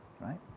right